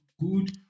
good